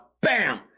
Bam